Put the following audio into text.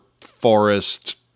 forest